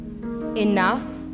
enough